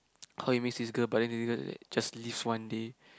how he meets this girl but then the girl just leaves one day